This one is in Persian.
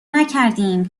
نکردیم